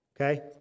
Okay